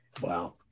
Wow